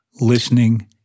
listening